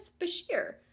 Bashir